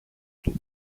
του